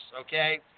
Okay